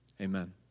Amen